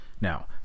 Now